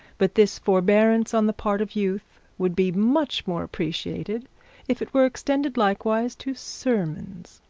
but this forbearance on the part of youth would be much more appreciated if it were extended likewise to sermons.